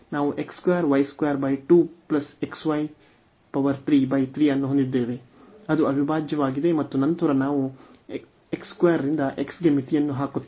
ನಾವು x 2 y 2 2 xy 3 3 ಅನ್ನು ಹೊಂದಿದ್ದೇವೆ ಅದು ಅವಿಭಾಜ್ಯವಾಗಿದೆ ಮತ್ತು ನಂತರ ನಾವು x 2 ರಿಂದ x ಗೆ ಮಿತಿಯನ್ನು ಹಾಕುತ್ತೇವೆ